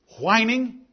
Whining